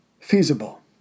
feasible